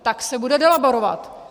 Tak se bude delaborovat.